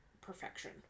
perfection